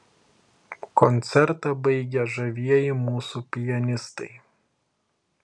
koncertą baigė žavieji mūsų pianistai